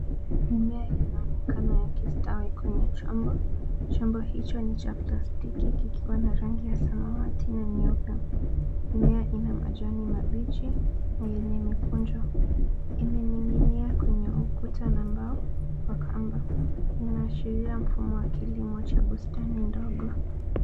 Mimea inaonekana yakistawi kwenye chombo. Chombo hicho ni cha plastiki kikiwa na rangi ya samawati na nyeupe. Mimea ina majani mabichi na yenye mikunjo. Imening'inia kwenye ukuta na mbao kwa kamba. Inaashiria mfumo wa kilimo cha bustani ndogo.